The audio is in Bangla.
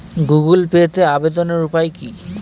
গুগোল পেতে আবেদনের উপায় কি?